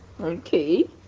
Okay